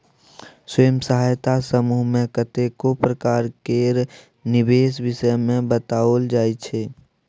स्वयं सहायता समूह मे कतेको प्रकार केर निबेश विषय मे बताओल जाइ छै